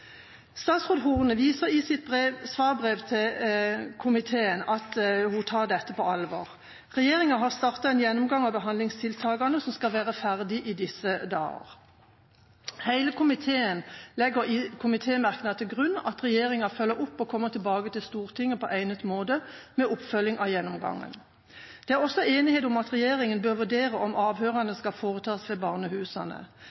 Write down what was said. Statsråd Horne viser i sitt svarbrev til komiteen at hun tar dette på alvor. Regjeringen har startet en gjennomgang av behandlingstiltakene som skal være ferdig i disse dager. Hele komiteen legger i komitémerknad til grunn at regjeringen følger opp og kommer tilbake til Stortinget på egnet måte med oppfølging av gjennomgangen. Det er også enighet om at regjeringen bør vurdere om